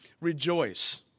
rejoice